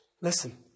Listen